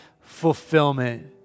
fulfillment